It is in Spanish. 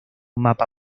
mapa